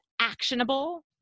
actionable